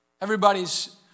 Everybody's